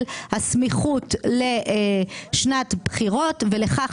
רוויזיה על הסתייגות מס' 21. מי בעד,